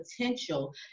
potential